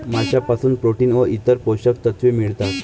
माशांपासून प्रोटीन व इतर पोषक तत्वे मिळतात